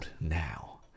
now